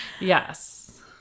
yes